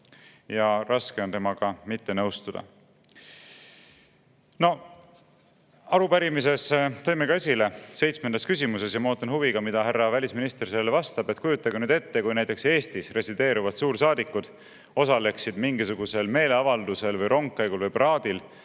Ja raske on temaga mitte nõustuda. Arupärimises tõime ka esile, seitsmendas küsimuses – ja ma ootan huviga, mida härra välisminister sellele vastab –, et kujutage ette, kui näiteks Eestis resideerivad suursaadikud osaleksid mingisugusel meeleavaldusel või rongkäigus või paraadil,